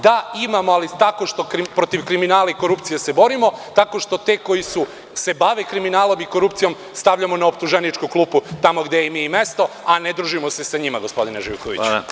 Da, imamo, ali tako što se protiv kriminala i korupcije borimo, tako što te koji se bave kriminalom i korupcijom stavljamo na optuženičku klupu, tamo gde im je mesto, a ne družimo se sa njima, gospodine Živkoviću.